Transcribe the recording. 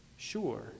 sure